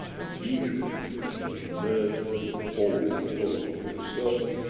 as usual as man, you always thought of yourself.